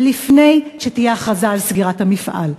ולפני שתהיה הכרזה על סגירת המפעל,